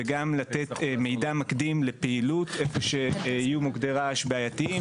וגם לתת מידע מקדים לפעילות שבה יהיו מוקדי רעש בעייתיים,